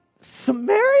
Samaria